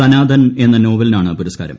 സനാതൻ എന്ന നോവലിനാണ് പുരസ്കാരം